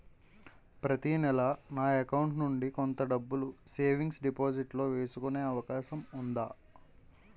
ప్రతి నెల నా అకౌంట్ నుండి కొంత డబ్బులు సేవింగ్స్ డెపోసిట్ లో వేసుకునే అవకాశం ఉందా?